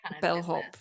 bellhop